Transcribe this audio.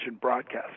broadcast